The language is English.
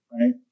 right